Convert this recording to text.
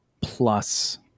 plus